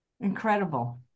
Incredible